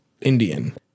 Indian